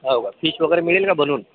हो का फिश वगैरे मिळेल का बनवून